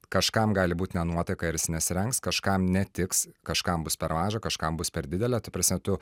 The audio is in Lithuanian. kažkam gali būt ne nuotaika ir jis nesirengs kažkam netiks kažkam bus per maža kažkam bus per didelė ta prasme tu